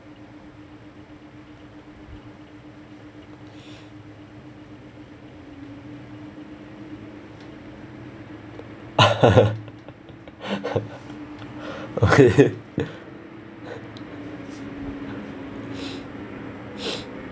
okay